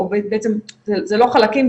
או בעצם זה לא חלקים,